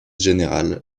générale